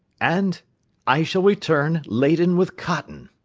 and i shall return laden with cotton.